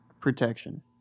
protection